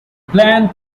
plan